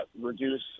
reduce